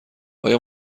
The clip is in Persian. آیا